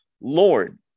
Lord